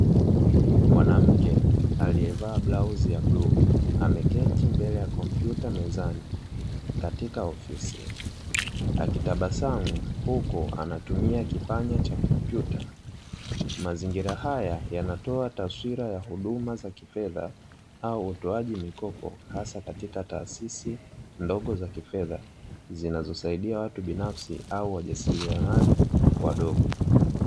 Mwanamke aliyevaa blauzi ya bluu ameketi mbele ya kompyuta mezani katika ofisi. Akitabasamu huku anatumia kipande cha kompyuta. Mazingira haya yanatoa taswira ya huduma za kifedha au utoaji mikopo, hasa katika taasisi ndogo za kifedha zinazosaidia watu binafsi au wajasiriamali wadogo.